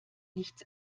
nichts